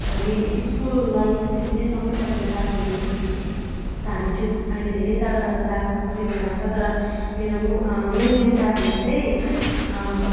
हामी स्कुल लाइफदेखि नै सँगै पढेको साथीहरू त हामी छुट अहिले धेरै टाढो टाढो छ आफ्नो आफ्नो व्यवसायमा छ तर मेरो मेन मेन साथीहरू चैँ